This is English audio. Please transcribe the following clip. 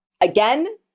Again